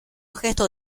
gesto